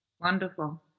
Wonderful